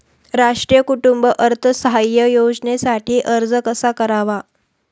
राष्ट्रीय कुटुंब अर्थसहाय्य योजनेसाठी अर्ज कसा करावा?